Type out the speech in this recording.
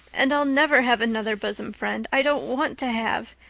and i'll never have another bosom friend i don't want to have.